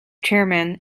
chairman